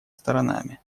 сторонами